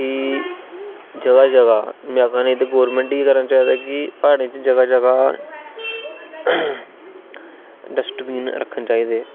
कि जगह जगह में नेई ते गवर्नमेंट गी करना चाहिदा कि प्हाडे़ं च जगह जगह डस्टविन रक्खने चाहिदे